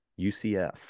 UCF